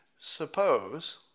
Suppose